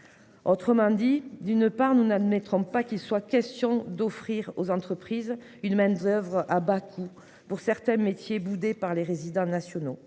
Autrement dit d'une part nous n'admettront pas qu'il soit question d'offrir aux entreprises une main-d'oeuvre à bas coût pour certains métiers boudés par les résidents nationaux